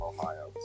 Ohio